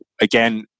again